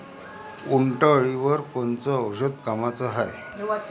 उंटअळीवर कोनचं औषध कामाचं हाये?